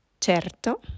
Certo